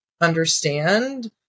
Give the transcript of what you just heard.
understand